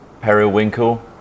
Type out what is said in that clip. Periwinkle